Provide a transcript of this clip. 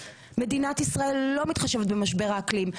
מדינת ישראל לא מתחשבת במשבר האקלים,